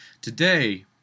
today